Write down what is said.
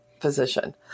physician